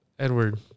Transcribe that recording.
Edward